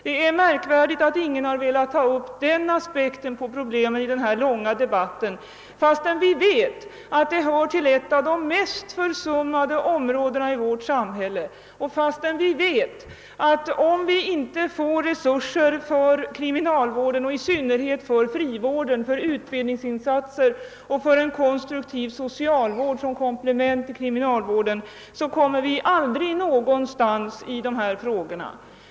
Det är märkligt att ingen har velat ta upp den aspekten på problemet i denna långa debatt, fastän vi vet att kriminalvården hör till de mest försummade områdena i vårt samhälle. Om inte kriminalvården får ökade resurser i synnerhet för frivård, utbildningsinsatser och en konstruktiv eftervård som komplement till kriminalvården kommer vi aldrig någon vart med dessa frågor.